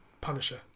Punisher